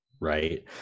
right